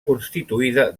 constituïda